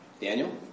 Daniel